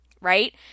right